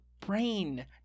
brain